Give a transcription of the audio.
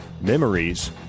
memories